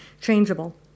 changeable